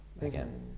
again